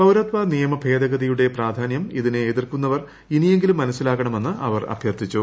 പൌരത്വ നിയമ ഭേദഗതിയുടെ പ്രാധാന്യം ഇതിനെ എതിർക്കുന്നവർ ഇനിയെങ്കിലും മനസ്സിലാക്കണമെന്ന് അവർ അഭ്യർത്ഥിച്ചു